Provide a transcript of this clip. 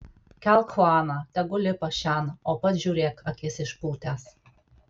kelk chuaną tegu lipa šen o pats žiūrėk akis išpūtęs